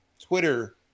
Twitter